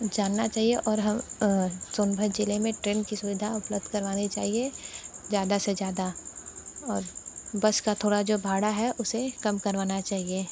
जानना चाहिए और सोनभद्र जिले में ट्रेन की सुविधा उपलब्ध करवानी चाहिए ज़्यादा से ज़्यादा और बस का थोड़ा जो भाड़ा है उसे कम करवाना चाहिए